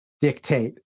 dictate